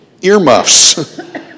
earmuffs